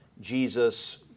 Jesus